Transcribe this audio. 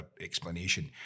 explanation